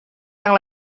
yang